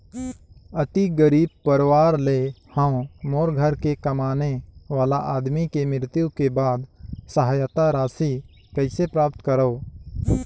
अति गरीब परवार ले हवं मोर घर के कमाने वाला आदमी के मृत्यु के बाद सहायता राशि कइसे प्राप्त करव?